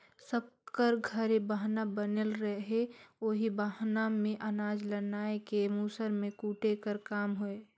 सब कर घरे बहना बनले रहें ओही बहना मे अनाज ल नाए के मूसर मे कूटे कर काम होए